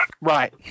right